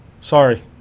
sorry